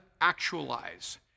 actualize